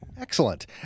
Excellent